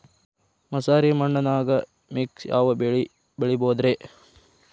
ಮಸಾರಿ ಮಣ್ಣನ್ಯಾಗ ಮಿಕ್ಸ್ ಯಾವ ಬೆಳಿ ಬೆಳಿಬೊದ್ರೇ?